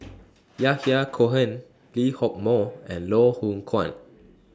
Yahya Cohen Lee Hock Moh and Loh Hoong Kwan